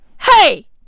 Hey